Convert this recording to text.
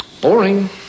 Boring